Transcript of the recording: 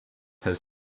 has